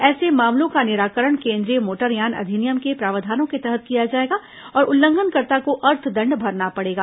ऐसे मामलों का निराकरण केन्द्रीय मोटरयान अधिनियम के प्रावधानों के तहत किया जाएगा और उल्लंघनकर्ता को अर्थदंड भरना पड़ेगा